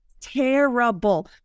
terrible